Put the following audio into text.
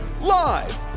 Live